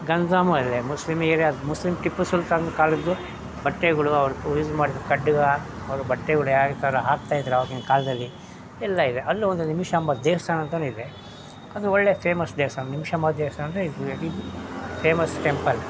ಗಂಜಾಮು ಅಲ್ಲೇ Muslim area Muslim Tipu Sultan ಕಾಲದ್ದು ಬಟ್ಟೆಗಳು ಅವ್ರು ಯೂಸ್ ಮಾಡಿದ ಖಡ್ಗ ಅವ್ರ ಬಟ್ಟೆಗಳು ಯಾವ ಥರ ಹಾಕ್ತಾಯಿದ್ರು ಆವಾಗಿನ ಕಾಲದಲ್ಲಿ ಎಲ್ಲ ಇದೆ ಅಲ್ಲಿ ಒಂದು ನಿಮಿಷಾಂಬ ದೇವಸ್ಥಾನ ಅಂತಲೂ ಇದೆ ಅದು ಒಳ್ಳೆ ಫೇಮಸ್ ದೇವಸ್ಥಾನ ನಿಮಿಷಾಂಬ ದೇವಸ್ಥಾನ ಅಂದರೆ ಇಸ್ ವೆರಿ ಫೇಮಸ್ ಟೆಂಪಲ್